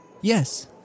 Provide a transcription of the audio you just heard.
Yes